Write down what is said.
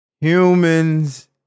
Humans